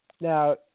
Now